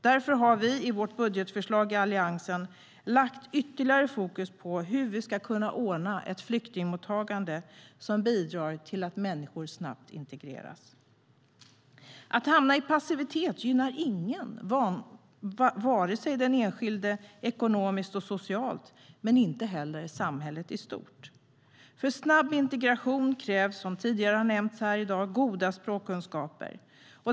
Därför har vi i Alliansen i vårt budgetförslag lagt ytterligare fokus på hur vi ska kunna ordna ett flyktingmottagande som bidrar till att människor snabbt integreras. Att hamna i passivitet gynnar ingen, varken den enskilde ekonomiskt och socialt eller samhället i stort. För snabb integration krävs, som tidigare har nämnts här i dag, goda språkkunskaper.